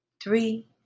three